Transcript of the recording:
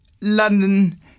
London